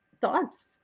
thoughts